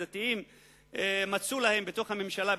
הדתיים מצאו להם בתוך הממשלה,